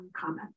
comment